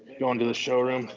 goin' to the showroom.